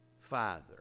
Father